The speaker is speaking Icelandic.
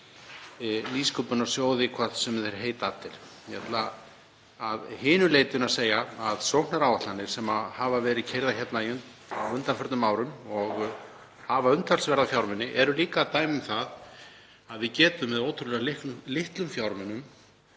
nýsköpunarsjóði, hvað sem þeir heita allir. Ég ætla að hinu leytinu að segja að sóknaráætlanir sem hafa verið keyrðar á undanförnum árum og hafa umtalsverða fjármuni eru líka dæmi um það að við getum með ótrúlega litlum fjármunum